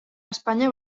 espanya